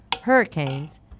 hurricanes